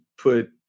put